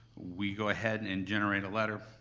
we go ahead and generate a letter.